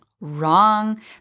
wrong